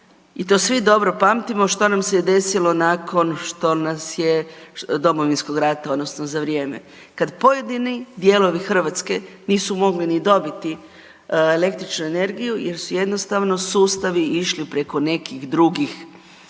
i to svi dobro pamtimo što nam se desilo nakon Domovinskog rata odnosno za vrijeme, kad pojedini dijelovi Hrvatske nisu mogli ni dobiti električnu energiju jer su jednostavno sustavi išli preko nekih drugih